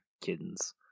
Kittens